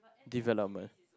development